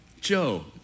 Joe